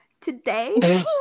today